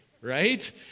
right